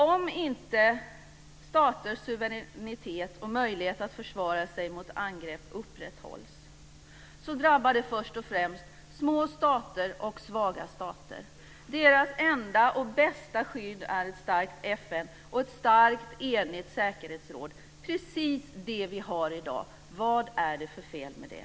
Om inte staters suveränitet och möjlighet att försvara sig mot angrepp upprätthålls drabbar det först och främst små stater och svaga stater. Deras enda och bästa skydd är ett starkt FN och ett starkt enigt säkerhetsråd - precis det vi har i dag. Vad är det för fel med det?